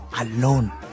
alone